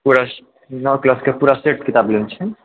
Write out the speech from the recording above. पूरा नओ क्लासके पूरा सेट किताब लै के छै